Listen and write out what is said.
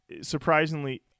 surprisingly